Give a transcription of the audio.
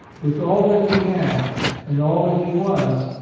with all that he had and all that he was,